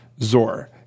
Zor